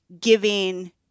giving